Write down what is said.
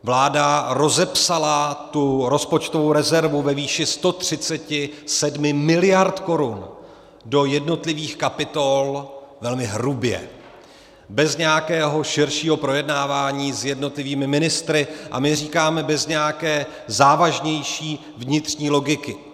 Vláda rozepsala rozpočtovou rezervu ve výši 137 miliard korun do jednotlivých kapitol velmi hrubě, bez nějakého širšího projednávání s jednotlivými ministry, a my říkáme bez nějaké závažnější vnitřní logiky.